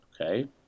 Okay